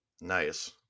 Nice